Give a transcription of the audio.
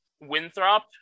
winthrop